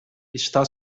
está